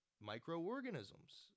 microorganisms